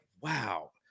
wow